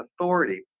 authority